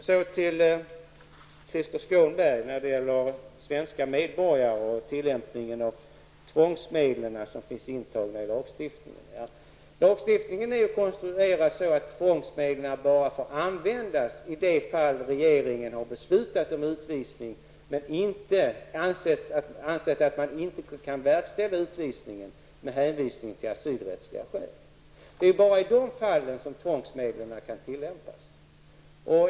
Så till Krister Skånberg när det gäller svenska medborgare och användningen av tvångsmedlen som finns stadgade i lagstiftningen. Lagstiftningen är ju konstruerad så att tvångsmedlen bara får användas i de fall regeringen har beslutat om utvisning men ansett att man av asylrättsliga skäl inte kan verkställa utvisningen. Det är bara i de fallen som tvångsmedlen kan användas.